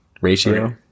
Ratio